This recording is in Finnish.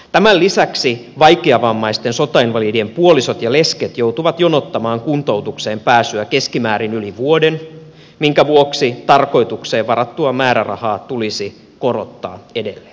tämän lisäksi vaikeavammaisten sotainvalidien puolisot ja lesket joutuvat jonottamaan kuntoutukseen pääsyä keskimäärin yli vuoden minkä vuoksi tarkoitukseen varattua määrärahaa tulisi korottaa edelleen